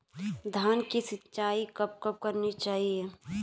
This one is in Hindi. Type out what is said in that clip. धान की सिंचाईं कब कब करनी चाहिये?